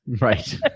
Right